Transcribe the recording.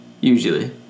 Usually